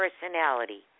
personality